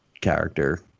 character